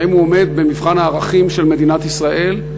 האם הוא עומד במבחן הערכים של מדינת ישראל,